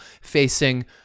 facing